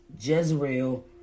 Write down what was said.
Jezreel